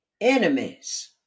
enemies